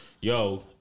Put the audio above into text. Yo